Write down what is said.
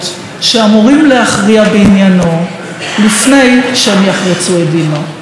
שאמורים להכריע בעניינו לפני שהם יחרצו את דינו.